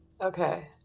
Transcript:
Okay